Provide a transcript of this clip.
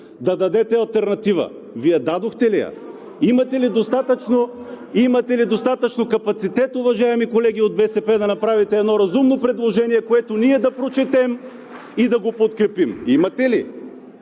са го предложили. Вие дадохте ли я? Имате ли достатъчно капацитет, уважаеми колеги от БСП, да направите едно разумно предложение, което ние да прочетем и да го подкрепим? Имате ли?